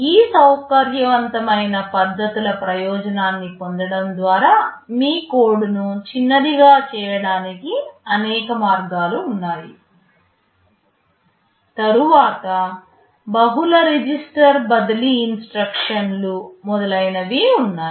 ఈ సౌకర్యవంతమైన పద్ధతుల ప్రయోజనాన్ని పొందడం ద్వారా మీ కోడ్ను చిన్నదిగా చేయడానికి అనేక మార్గాలు ఉన్నాయి తరువాత బహుళ రిజిస్టర్ బదిలీ ఇన్స్ట్రక్షన్లు మొదలైనవి ఉన్నాయి